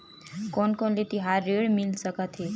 कोन कोन ले तिहार ऋण मिल सकथे?